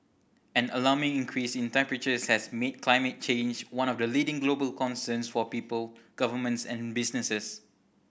an alarming increase in temperatures has made climate change one of the leading global concerns for people governments and businesses